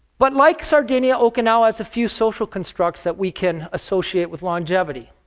but, like sardinia, okinawa has a few social constructs that we can associate with longevity.